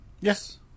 Yes